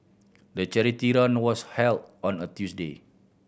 the charity run was held on a Tuesday